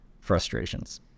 frustrations